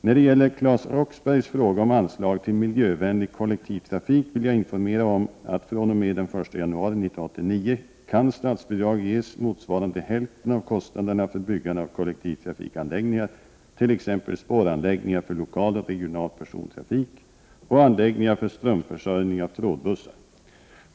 När det gäller Claes Roxberghs fråga om anslag till miljövänlig kollektivtrafik vill jag informera om att statsbidrag fr.o.m. den 1 januari 1989 kan ges motsvarande hälften av kostnaderna för byggande av kollektivtrafikanlägg ningar, t.ex. spåranläggningar för lokal och regional persontrafik och anläggningar för strömförsörjning av trådbussar.